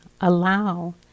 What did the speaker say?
Allow